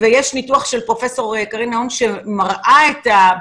אז יש ניתוח של פרופ' קרין נהון שמראה בהצלבות